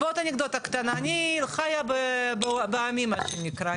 ועוד אנקדוטה קטנה, אני חייה בעמי, מה שנקרא.